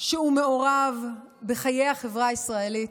שהוא מעורב בחיי החברה הישראלית,